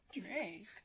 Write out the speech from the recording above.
Drake